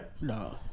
No